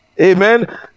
Amen